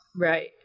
right